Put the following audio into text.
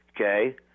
okay